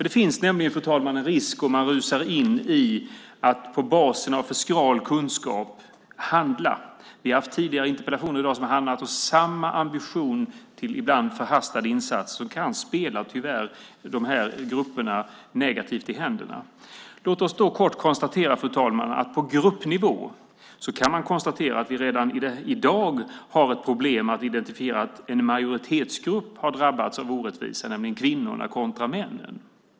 Det finns nämligen en risk, fru talman, med att rusa in och handla på basis av för skral kunskap. Vi har haft interpellationer tidigare i dag som har handlat om att ambitionen att göra förhastade insatser ibland tyvärr kan spela de här grupperna i händerna på ett negativt sätt. Låt oss då kort konstatera, fru talman, att vi redan i dag på gruppnivå har ett problem med att identifiera att en majoritetsgrupp har drabbats av orättvisa, nämligen kvinnorna kontra männen.